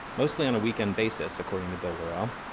mostly on a weekend basis, according to bill worrell.